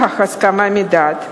מתלמידים.